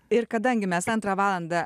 ir kadangi mes antrą valandą